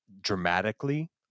dramatically